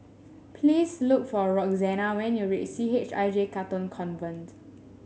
please look for Roxana when you reach C H I J Katong Convent